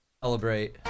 Celebrate